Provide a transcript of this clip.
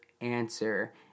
answer